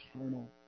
eternal